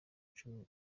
cumi